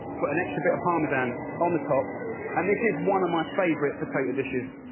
put an extra bit of parmesan on the top and this is one of my favourite potato dishes.